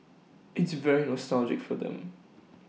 it's very nostalgic for them